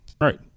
Right